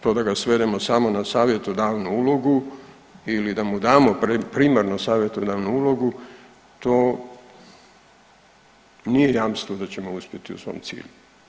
To da ga svedemo samo na savjetodavnu ulogu ili da mu damo primarno savjetodavnu ulogu to nije jamstvo da ćemo uspjeti u svom cilju.